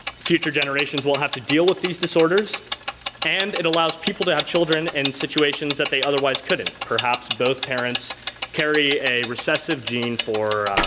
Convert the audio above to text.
future generations won't have to deal with these disorders and it allows people to have children in situations that they otherwise couldn't. perhaps both parents carry a recessive gene for